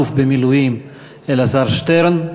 אלוף במילואים אלעזר שטרן.